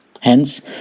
Hence